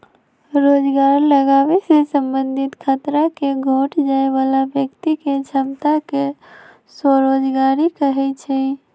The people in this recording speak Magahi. रोजगार लागाबे से संबंधित खतरा के घोट जाय बला व्यक्ति के क्षमता के स्वरोजगारी कहै छइ